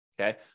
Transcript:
Okay